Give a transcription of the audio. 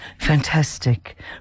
Fantastic